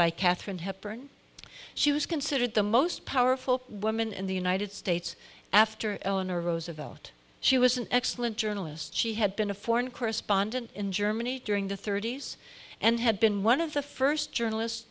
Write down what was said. by katharine hepburn she was considered the most powerful woman in the united states after eleanor roosevelt she was an excellent journalist she had been a foreign correspondent in germany during the thirty's and had been one of the first journalist